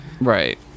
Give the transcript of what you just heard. Right